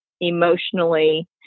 emotionally